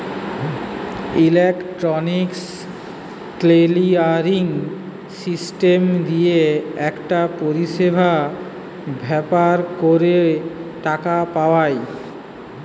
electronic clearing system দিয়ে একটা পরিষেবা ব্যাভার কোরে টাকা পাঠায়